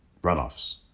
runoffs